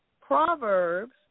Proverbs